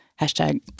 hashtag